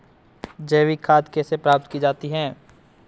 जैविक खाद कैसे प्राप्त की जाती है?